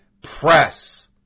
press